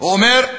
הוא אומר: